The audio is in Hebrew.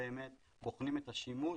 בוחנים את השימוש.